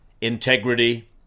integrity